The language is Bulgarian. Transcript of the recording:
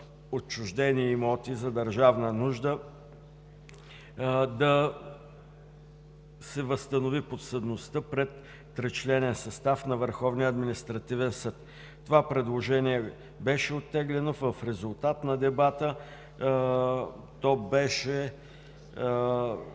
отчуждени имоти за държавна нужда – да се възстанови подсъдността пред тричленен състав на Върховния административен съд. Това предложение беше оттеглено. В резултат на дебата то беше